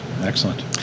Excellent